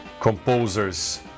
composers